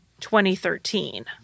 2013